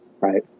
right